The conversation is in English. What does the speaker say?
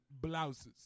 blouses